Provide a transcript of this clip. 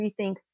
rethink